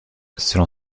selon